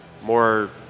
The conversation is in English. more